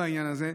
בעניין הזה.